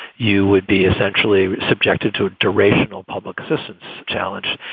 you would be essentially subjected to durational public assistance challenge.